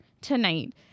tonight